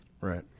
right